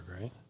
right